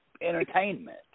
entertainment